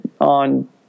on